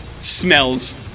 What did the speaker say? smells